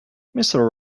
mister